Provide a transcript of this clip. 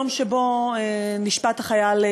יום שבו נשפט החייל,